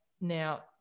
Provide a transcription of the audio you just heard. now